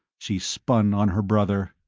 she spun on her brother.